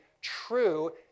true